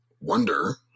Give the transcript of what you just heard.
wonder